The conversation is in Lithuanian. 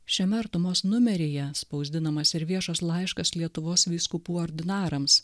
šiame artumos numeryje spausdinamas ir viešas laiškas lietuvos vyskupų ordinarams